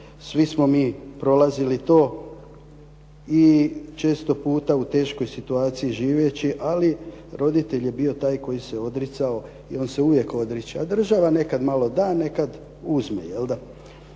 Svi smo mi prolazili to i često puta u teškoj situaciji živeći, ali roditelj je bio taj koji se odricao i on se uvijek odriče, a država nekad malo da, nekad uzme jelda,